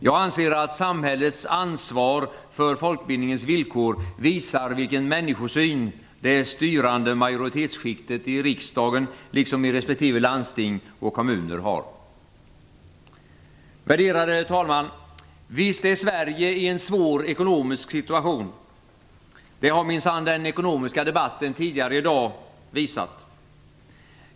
Jag anser att samhällets ansvar för folkbildningens villkor visar vilken människosyn det styrande skiktet inom majoriteten i riksdagen liksom i respektive landsting och kommuner har. Värderade talman! Visst är Sverige i en svår ekonomisk situation! Det har minsann den ekonomiska debatten tidigare i dag visat.